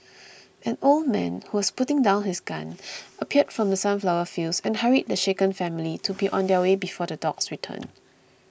an old man who was putting down his gun appeared from the sunflower fields and hurried the shaken family to be on their way before the dogs return